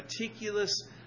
meticulous